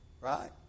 right